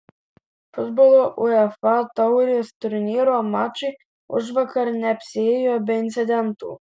futbolo uefa taurės turnyro mačai užvakar neapsiėjo be incidentų